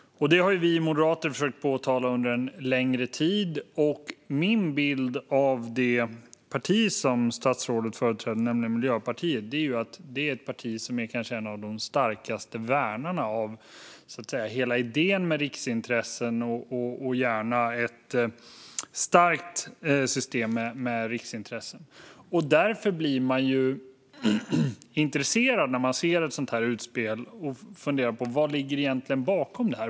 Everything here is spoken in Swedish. Det har vi moderater försökt påpeka under en längre tid. Min bild av det parti som statsrådet företräder, nämligen Miljöpartiet, är att det är ett parti som kanske är en av de starkaste värnarna av hela idén med riksintressen och gärna ett starkt system med riksintressen. Därför blir jag intresserad när jag ser ett sådant utspel och funderar på vad som egentligen ligger bakom det.